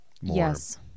Yes